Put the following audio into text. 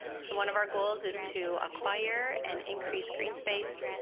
so one of our goals is to acquire and increase greenspace,